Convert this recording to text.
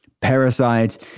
parasites